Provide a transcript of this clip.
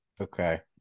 Okay